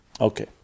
Okay